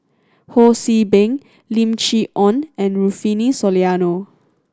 Ho See Beng Lim Chee Onn and Rufino Soliano